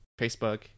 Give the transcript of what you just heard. facebook